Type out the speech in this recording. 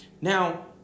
Now